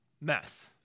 mess